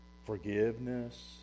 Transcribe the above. Forgiveness